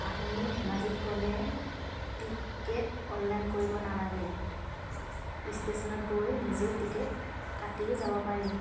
আমি ধেমাজিত গ'লে টিকেট অনলাইন কৰিব নালাগে ষ্টেচনত গৈ নিজেই টিকেট কাটিও যাব পাৰি